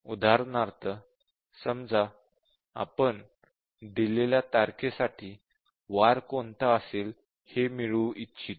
उदाहरणार्थ समजा आपण दिलेल्या तारखेसाठी वार कोणता असेल हे मिळवू इच्छितो